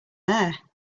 there